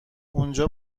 اونجا